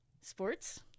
Sports